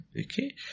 Okay